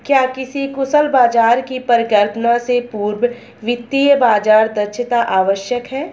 क्या किसी कुशल बाजार की परिकल्पना से पूर्व वित्तीय बाजार दक्षता आवश्यक है?